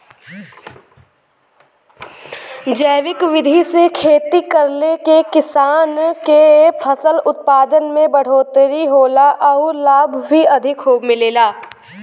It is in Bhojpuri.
जैविक विधि से खेती करले से किसान के फसल उत्पादन में बढ़ोतरी होला आउर लाभ भी अधिक मिलेला